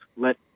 let